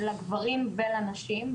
לגברים ולנשים,